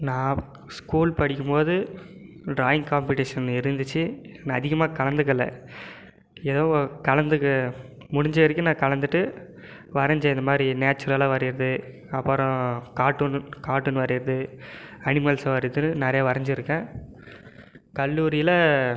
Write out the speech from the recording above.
நான் ஸ்கூல் படிக்கும் போது ட்ராயிங் காம்படீஷன் இருந்துச்சு நான் அதிகமாக கலந்துக்கலை ஏதோ ஒரு கலந்துக்க முடிஞ்ச வரைக்கும் நான் கலந்துகிட்டு வரைஞ்சேன் இதுமாதிரி நேச்சுரலாக வரையறது அப்புறம் கார்ட்டூனு கார்ட்டூன் வரையறது அனிமல்ஸை வரையறது நிறையா வரைஞ்சுருக்கேன் கல்லூரியில்